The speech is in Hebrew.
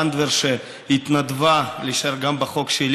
התרבות והספורט להכנה לקריאה שנייה ושלישית.